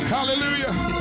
Hallelujah